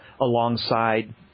alongside